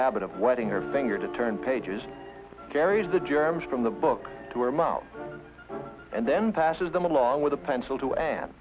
habit of wedding or finger to turn pages carries the germs from the book to her mouth and then passes them along with a pencil to a